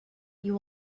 you